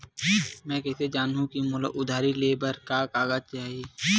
मैं कइसे जानहुँ कि मोला उधारी ले बर का का कागज चाही?